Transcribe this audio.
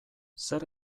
zer